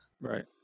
Right